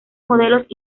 modelos